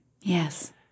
Yes